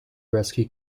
rescue